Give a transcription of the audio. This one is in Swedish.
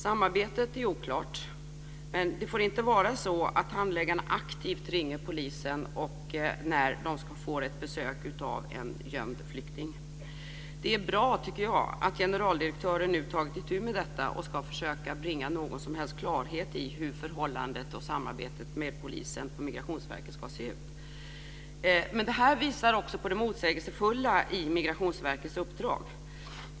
Samarbetet är oklart, men det får inte vara på det sättet att handläggarna aktivt ringer polisen när de får besök av en gömd flykting. Jag tycker att det är bra att generaldirektören nu har tagit itu med detta och ska försöka bringa någon som helst klarhet i hur förhållandet och samarbetet mellan polisen och Migrationsverket ska se ut. Men detta visar också på det motsägelsefulla i Migrationsverkets uppdrag.